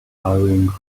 hurrying